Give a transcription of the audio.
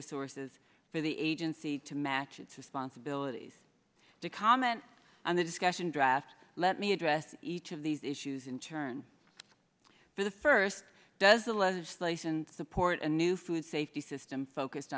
resources for the agency to match its responsibilities to comment on the discussion draft let me address each of these issues in turn for the first does the legislation support a new food safety system focused